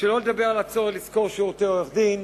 שלא לדבר על הצורך לשכור שירותי עורך-דין,